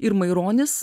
ir maironis